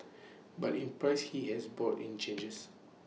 but in practice he has brought in changes